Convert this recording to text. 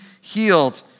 healed